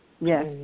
Yes